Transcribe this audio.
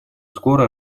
скоро